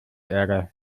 ärger